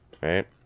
right